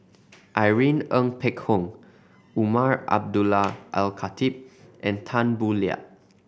Irene Ng Phek Hoong Umar Abdullah Al Khatib and Tan Boo Liat